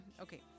okay